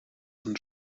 und